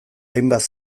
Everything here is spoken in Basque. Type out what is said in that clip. hainbat